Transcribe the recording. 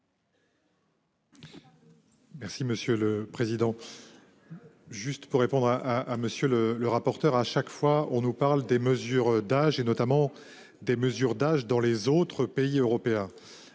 Merci monsieur le président. Juste pour répondre à, à monsieur le le rapporteur, à chaque fois on nous parle des mesures d'âge et notamment des mesures d'âge dans les autres pays européens.